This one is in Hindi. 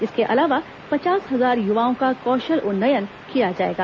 इसके अलावा पचास हजार युवाओं का कौशल उन्नयन किया जाएगा